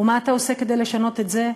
ומה אתה עושה כדי לשנות את זה?